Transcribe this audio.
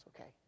okay